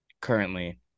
currently